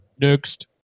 Next